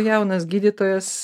jaunas gydytojas